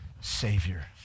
savior